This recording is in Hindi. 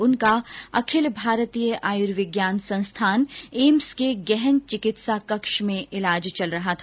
उनका अखिल भारतीय आयुर्विज्ञान संस्थान एम्स के गहन चिकित्सा कक्ष में इलाज चल रहा था